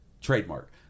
trademark